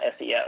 SEO